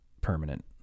permanent